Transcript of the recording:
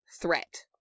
threat